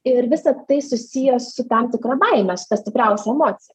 ir visa tai susiję su tam tikra baime su ta stipriausia emocija